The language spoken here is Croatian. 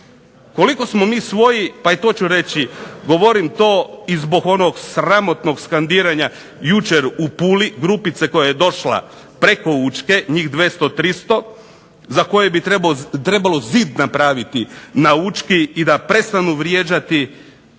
Koliko smo mi svoji, pa i to ću reći, govorim to zbog onog sramotnog skandiranja jučer u Puli, grupice koja je došla preko Učke, njih 200, 300 za koje bi trebalo zid napraviti na Učki i da prestanu vrijeđati